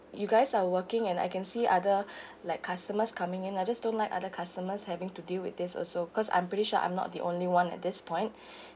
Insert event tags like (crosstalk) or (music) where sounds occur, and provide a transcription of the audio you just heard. you guys are working and I can see other like customers coming in I just don't like other customers having to deal with this also cause I'm pretty sure I'm not the only one at this point (breath)